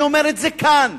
אני אומר את זה כאן